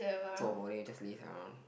cho boh leh you just laze around